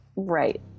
Right